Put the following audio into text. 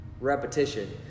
Repetition